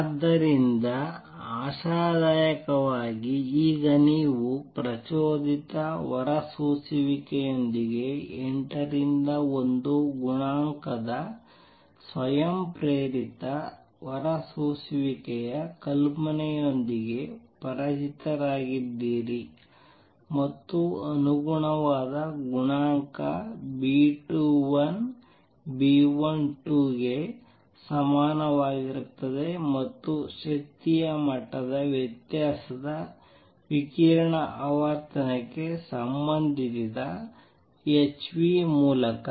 ಆದ್ದರಿಂದ ಆಶಾದಾಯಕವಾಗಿ ಈಗ ನೀವು ಪ್ರಚೋದಿತ ಹೊರಸೂಸುವಿಕೆಯೊಂದಿಗೆ 8 ರಿಂದ 1 ಗುಣಾಂಕದ ಸ್ವಯಂಪ್ರೇರಿತ ಹೊರಸೂಸುವಿಕೆಯ ಕಲ್ಪನೆಯೊಂದಿಗೆ ಪರಿಚಿತರಾಗಿದ್ದೀರಿ ಮತ್ತು ಅನುಗುಣವಾದ ಗುಣಾಂಕ B21 B12 ಗೆ ಸಮಾನವಾಗಿರುತ್ತದೆ ಮತ್ತು ಶಕ್ತಿಯ ಮಟ್ಟದ ವ್ಯತ್ಯಾಸವು ವಿಕಿರಣದ ಆವರ್ತನಕ್ಕೆ ಸಂಬಂಧಿಸಿದೆ h ಮೂಲಕ